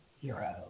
hero